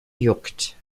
juckt